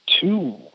two